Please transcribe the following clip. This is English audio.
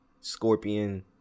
Scorpion